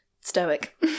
stoic